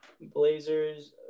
Blazers